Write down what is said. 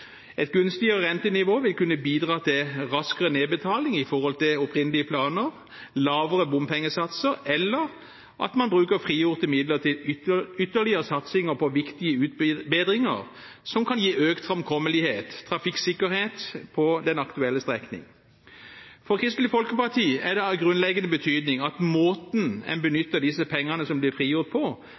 rentenivå vil kunne bidra til raskere nedbetaling i forhold til opprinnelige planer, lavere bompengesatser, eller at man bruker frigjorte midler til ytterligere satsinger på viktige utbedringer som kan gi økt framkommelighet og trafikksikkerhet på den aktuelle strekning. For Kristelig Folkeparti er det av grunnleggende betydning at måten en benytter disse pengene som blir frigjort på,